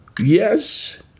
yes